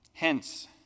Hence